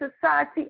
society